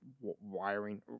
wiring